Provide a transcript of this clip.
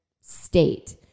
state